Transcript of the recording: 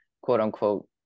quote-unquote